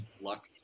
luck